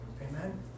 Amen